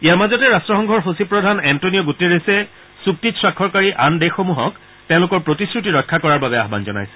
ইয়াৰ মাজতে ৰাট্টসংঘৰ সচিব প্ৰধান এণ্টণিঅ গুটেৰেছে চুক্তিত স্বাক্ষৰকাৰী আন দেশসমূহক তেওঁলোকৰ প্ৰতিশ্ৰতি ৰক্ষা কৰাৰ বাবে আহ্নন জনাইছে